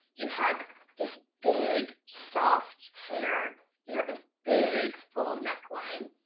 you have this big, soft hair, you have this big full neckline,